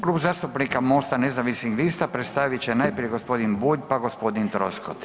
Klub zastupnika Mosta nezavisnih lista predstavit će najprije gospodin Bulj pa gospodin Troskot.